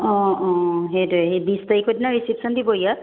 অঁ অঁ সেইটোৱ সেই বিশ তাৰিখৰ দিনা ৰিচেপশচন দিব ইয়াত